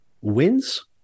wins